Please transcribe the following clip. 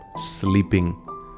sleeping